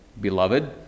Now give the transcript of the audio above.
beloved